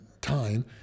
time